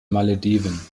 malediven